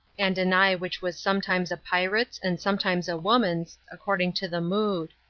and an eye which was sometimes a pirate's and sometimes a woman's, according to the mood.